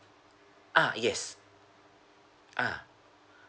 ah yes ah